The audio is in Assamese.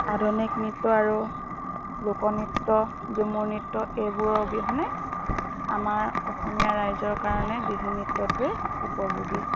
আধুনিক নৃত্য আৰু লোকনৃত্য ঝুমুৰ নৃত্য এইবোৰৰ অবিহনে আমাৰ অসমীয়া ৰাইজৰ কাৰণে বিহু নৃত্যটোৱে উপযোগী